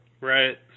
right